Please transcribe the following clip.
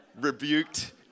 Rebuked